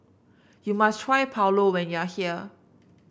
you must try Pulao when you are here